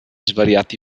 svariati